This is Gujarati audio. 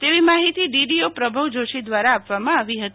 તેવી માહિતી ડીડીઓ પ્રભવ જોશી દ્રારા આપવામાં આવી હતી